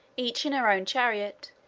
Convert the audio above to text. each in her own chariot,